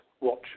watch